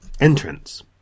Entrance